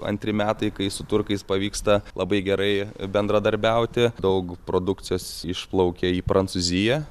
antri metai kai su turkais pavyksta labai gerai bendradarbiauti daug produkcijos išplaukė į prancūziją